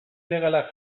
ilegalak